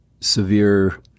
severe